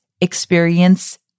experience